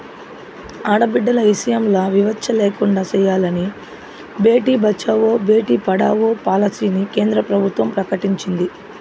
ఆడబిడ్డల ఇసయంల వివచ్చ లేకుండా సెయ్యాలని బేటి బచావో, బేటీ పడావో పాలసీని కేంద్ర ప్రభుత్వం ప్రకటించింది